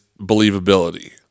believability